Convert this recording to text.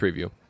preview